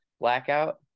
Blackout